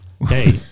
Hey